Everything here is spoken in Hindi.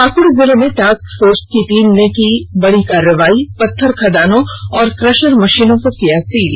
पाक्ड़ जिले में टास्क फोर्स की टीम ने की बड़ी कार्रवाई पत्थर खादानों और क ् र म ं ीनों को किया सील